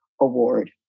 Award